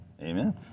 amen